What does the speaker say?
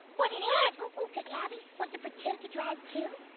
but it is. does abby like to but to drive too?